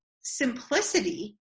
simplicity